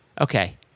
Okay